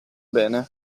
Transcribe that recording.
bene